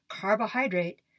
carbohydrate